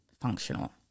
functional